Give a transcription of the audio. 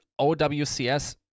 OWCS